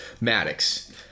Maddox